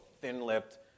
thin-lipped